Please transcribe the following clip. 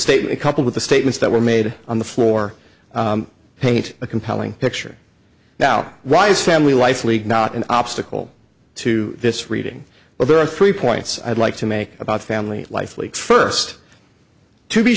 statement coupled with the statements that were made on the floor paint a compelling picture now rise family life league not an obstacle to this reading but there are three points i'd like to make about family life leaks first to be